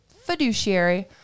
fiduciary